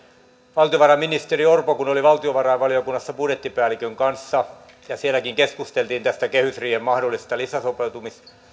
valtiovarainministeri orpo oli valtiovarainvaliokunnassa budjettipäällikön kanssa ja sielläkin keskusteltiin tästä kehysriihen mahdollisesta lisäsopeuttamistarpeesta